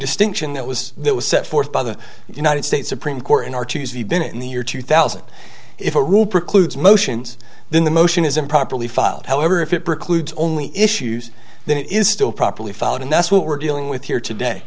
distinction that was that was set forth by the united states supreme court in our choose even in the year two thousand if a rule precludes motions then the motion is improperly filed however if it precludes only issues then it is still properly followed and that's what we're dealing with here today